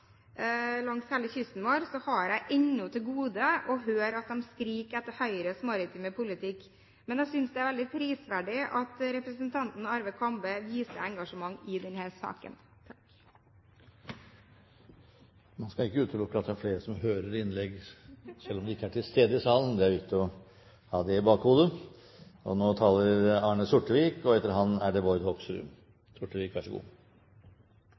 jeg ennå til gode å høre noen skrike etter Høyres maritime politikk. Men jeg synes det er veldig prisverdig at representanten Arve Kambe viser engasjement i denne saken. Man skal ikke utelukke at det er flere som hører innlegg, selv om de ikke er til stede i salen. Det er viktig å ha det i bakhodet. Ute i virkelighetens verden er det nok betydelig oppmerksomhet knyttet til denne saken, og også til saken i et bredere perspektiv. Sikker ferdsel til sjøs er